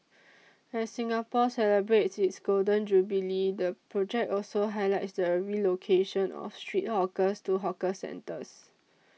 as Singapore celebrates its Golden Jubilee the project also highlights the relocation of street hawkers to hawker centres